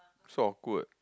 so awkward